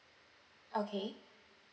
okay